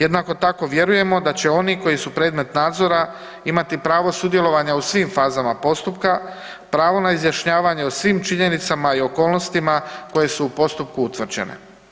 Jednako tako vjerujemo da će oni koji su predmet nadzora imati pravo sudjelovanja u svim fazama postupka, pravo na izjašnjavanje o svim činjenicama i okolnostima koje su u postupku utvrđene.